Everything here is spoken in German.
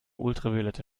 ultraviolette